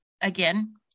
Again